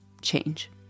change